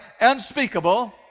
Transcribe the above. unspeakable